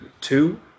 two